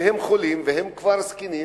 כשהם חולים, והם כבר זקנים,